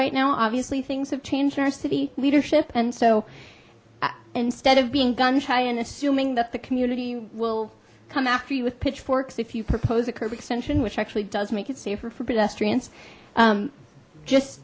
right now obviously things have changed in our city leadership and so instead of being gun shy and assuming that the community will come after you with pitchforks if you propose a curb extension which actually does make it safer for